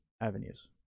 avenues